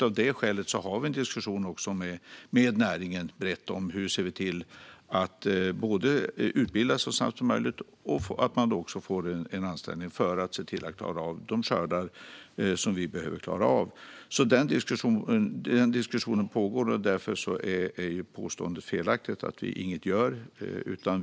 Av det skälet har vi en diskussion med näringen brett om hur vi ser till att människor kan utbildas så snabbt som möjligt och få anställning för att se till att klara av de skördar som vi behöver klara av. Den diskussionen pågår. Därför är påståendet att vi inget gör felaktigt.